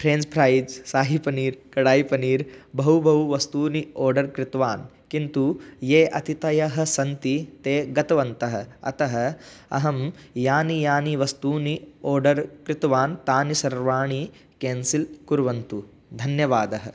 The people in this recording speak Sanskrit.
फ़्रेञ्च् फ़्रैज़् साहिपनीर् कडायिपनीर् बहुबहुवस्तूनि ओर्डर् कृतवान् किन्तु ये आतिथयः सन्ति ते गतवन्तः अतः अहं यानि यानि वस्तूनि आर्डर् कृतवान् तानि सर्वाणि केन्सिल् कुर्वन्तु धन्यवादः